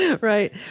right